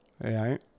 Right